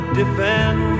defend